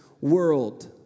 world